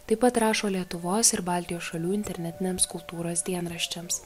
taip pat rašo lietuvos ir baltijos šalių internetiniams kultūros dienraščiams